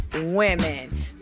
women